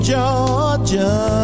Georgia